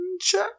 check